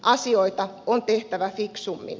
asioita on tehtävä fiksummin